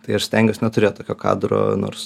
tai aš stengiuos neturėt tokio kadro nors